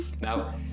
Now